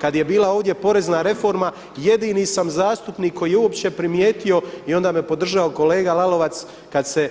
Kada je bila ovdje porezna reforma jedini sam zastupnik koji je uopće primijetio i onda me podržao kolega Lalovac kada se